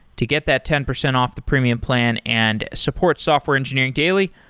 to get that ten percent off the premium plan and support software engineering daily,